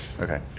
Okay